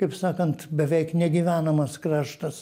kaip sakant beveik negyvenamas kraštas